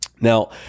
Now